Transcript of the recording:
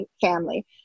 family